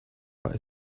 but